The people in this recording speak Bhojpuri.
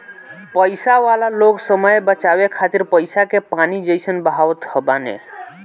पईसा वाला लोग समय बचावे खातिर पईसा के पानी जइसन बहावत बाने